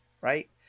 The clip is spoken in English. right